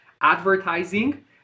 advertising